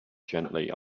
gently